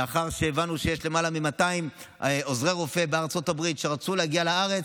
לאחר שהבנו שיש למעלה מ-200 עוזרי רופא בארצות הברית שרצו להגיע לארץ,